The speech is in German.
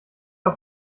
auf